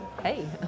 hey